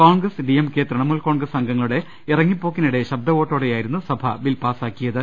കോൺഗ്രസ് ഡിഎംകെ തൃണമൂൽ കോൺഗ്രസ് അംഗങ്ങളുടെ ഇറങ്ങിപ്പോക്കിനിടെ ശബ്ദവോട്ടോടെയായിരുന്നു സഭ ബിൽ പാസാ ക്കിയത്